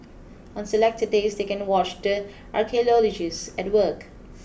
on selected days they can watch the archaeologists at work